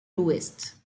l’ouest